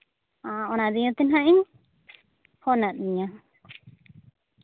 ᱚᱸᱻ ᱚᱱᱟ ᱱᱤᱭᱮᱛᱮ ᱦᱟᱸᱜ ᱤᱧ ᱯᱷᱳᱱᱟᱜ ᱢᱮᱭᱟ